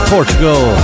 Portugal